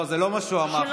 לא, זה לא מה שהוא אמר.